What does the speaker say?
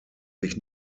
sich